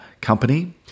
company